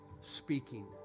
speaking